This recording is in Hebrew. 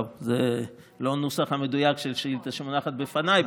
טוב, זה לא הנוסח המדויק של השאילתה שמונחת בפניי.